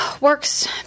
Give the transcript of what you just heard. works